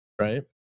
right